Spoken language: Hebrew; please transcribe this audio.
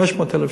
500,000 שקל.